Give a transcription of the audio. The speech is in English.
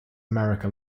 america